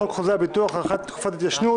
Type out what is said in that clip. חוזה הביטוח (הארכת תקופת התיישנות),